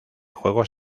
juegos